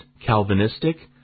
Calvinistic